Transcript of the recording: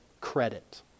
credit